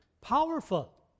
powerful